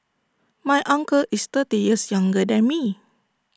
my uncle is thirty years younger than me